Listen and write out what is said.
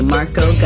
Marco